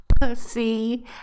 Pussy